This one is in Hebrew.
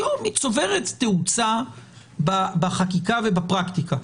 היום היא צוברת תאוצה בחקיקה ובפרקטיקה.